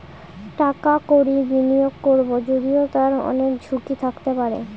টাকা কড়ি বিনিয়োগ করবো যদিও তার অনেক ঝুঁকি থাকতে পারে